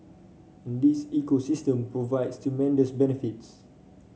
and this ecosystem provides tremendous benefits